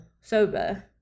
sober